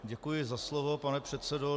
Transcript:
Děkuji za slovo, pane předsedo.